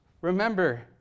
Remember